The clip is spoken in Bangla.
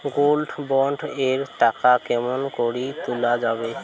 গোল্ড বন্ড এর টাকা কেমন করি তুলা যাবে?